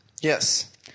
Yes